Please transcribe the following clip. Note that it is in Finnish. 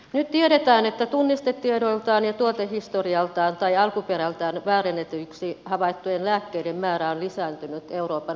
nyt tiedetään että tunnistetiedoiltaan ja tuotehistorialtaan tai alkuperältään väärennetyiksi havaittujen lääkkeiden määrä on lisääntynyt euroopan unionissa